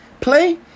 play